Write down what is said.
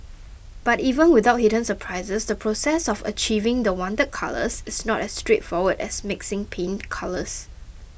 but even without hidden surprises the process of achieving the wanted colours is not as straightforward as mixing paint colours